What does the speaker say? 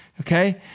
Okay